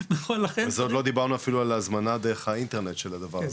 לכן- זה ועוד לא דיברנו אפילו על ההזמנה דרך האינטרנט של הדבר הזה.